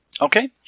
Okay